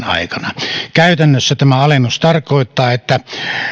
aikana käytännössä tämä alennus tarkoittaa että